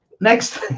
next